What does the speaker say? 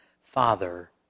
Father